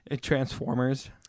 Transformers